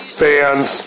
fans